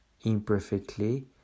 imperfectly